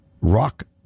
rock